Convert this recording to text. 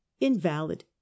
invalid